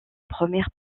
première